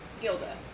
Gilda